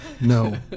No